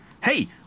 Hey